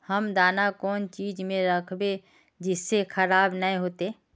हम दाना कौन चीज में राखबे जिससे खराब नय होते?